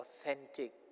authentic